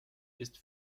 ist